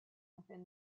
within